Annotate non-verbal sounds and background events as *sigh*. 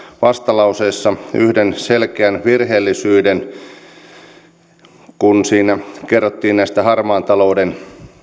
vastalauseessa yhden selkeän virheellisyyden *unintelligible* siinä kerrottiin näistä harmaan talouden